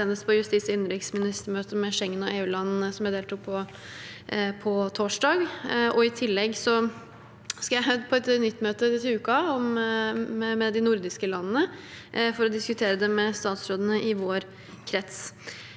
senest på justis- og innenriksministermøtet med Schengen og EU-landene som jeg deltok på sist torsdag. I tillegg skal jeg på et nytt møte med de nordiske landene til uken for å diskutere det med statsrådene i vår krets.